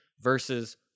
versus